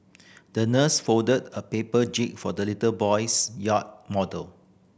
the nurse folded a paper jib for the little boy's yacht model